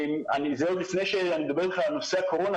זה עוד לפני שאני מדבר אתך על נושא הקורונה,